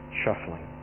shuffling